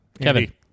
Kevin